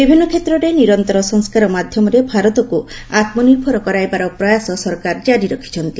ବିଭିନ୍ନ କ୍ଷେତ୍ରରେ ନିରନ୍ତର ସଂସ୍କାର ମାଧ୍ୟମରେ ଭାରତକୁ ଆତ୍କନିର୍ଭର କରାଇବାର ପ୍ରୟାସ ସରକାର ଜାରି ରଖିଛନ୍ତି